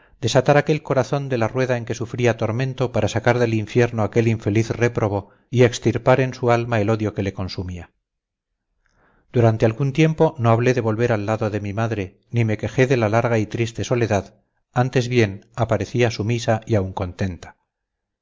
familia desatar aquel corazón de la rueda en que sufría tormento sacar del infierno aquel infeliz réprobo y extirpar en su alma el odio que le consumía durante algún tiempo no hablé de volver al lado de mi madre ni me quejé de la larga y triste soledad antes bien aparecía sumisa y aun contenta